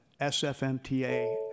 SFMTA